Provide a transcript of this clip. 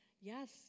yes